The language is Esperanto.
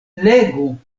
legu